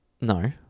No